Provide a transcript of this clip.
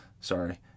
Sorry